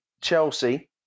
Chelsea